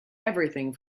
everything